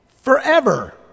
forever